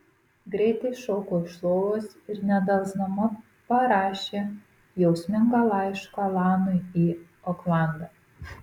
greitai šoko iš lovos ir nedelsdama parašė jausmingą laišką alanui į oklandą